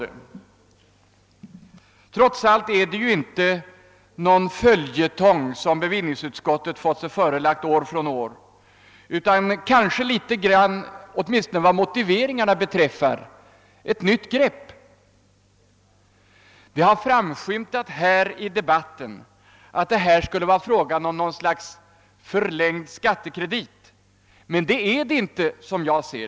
Det är ju trots allt inte någon följetong som bevillningsutskottet år efter år har fått sig förelagd, utan vad åtminstone motiveringarna beträffar är det ett nytt grepp. I den tidigare debatten har det framskymtat att vi här skulle ha att göra med en form av förlängd skattekredit, men som jag ser det förhåller det sig inte så.